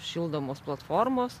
šildomos platformos